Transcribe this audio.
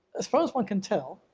as far as one can tell,